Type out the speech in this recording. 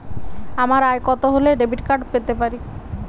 আমার আয় কত হলে ডেবিট কার্ড পেতে পারি?